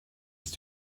ist